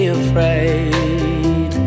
afraid